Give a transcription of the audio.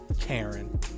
Karen